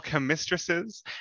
Mistresses